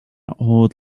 old